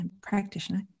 practitioner